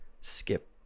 skip